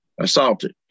assaulted